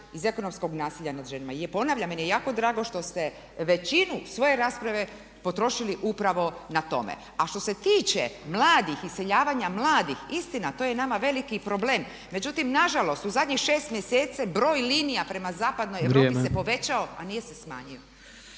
iz ekonomskog nasilja nad ženama. I ponavljam meni je jako drago što ste većinu svoje rasprave potrošili upravo na tome. A što se tiče mladih, iseljavanja mladih, istina to je nama veliki problem. Međutim, nažalost u zadnjih 6 mjeseci se broj linija prema zapadnoj Europi se povećao a nije se smanjio.